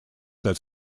that